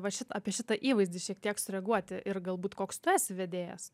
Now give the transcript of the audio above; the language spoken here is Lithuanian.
va šit apie šitą įvaizdį šiek tiek sureaguoti ir galbūt koks tu esi vedėjas